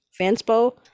fanspo